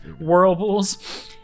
whirlpools